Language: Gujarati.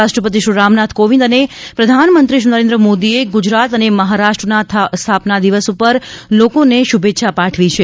રાષ્ટ્રપતિ શ્રી રામનાથ કોવિંદ અને પ્રધાનમંત્રી શ્રી નરેન્દ્ર મોદીએ ગુજરાત અને મહારાષ્ટ્રના સ્થાપના દિવસ પર લોકોને શુભેચ્છા પાઠવી છે